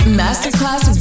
masterclass